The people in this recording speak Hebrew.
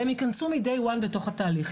והן ייכנסו מהיום הראשון לתוך התהליך.